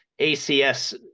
acs